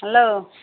hello